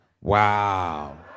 Wow